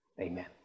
Amen